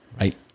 right